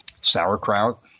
sauerkraut